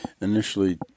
initially